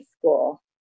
school